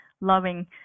loving